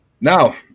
Now